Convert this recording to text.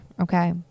Okay